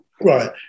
Right